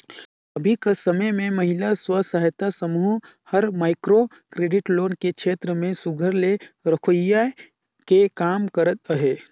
अभीं कर समे में महिला स्व सहायता समूह हर माइक्रो क्रेडिट लोन के छेत्र में सुग्घर ले रोखियाए के काम करत अहे